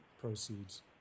proceeds